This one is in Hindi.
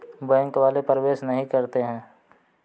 बैंक वाले प्रवेश नहीं करते हैं?